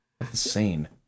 Insane